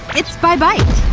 it's by bike.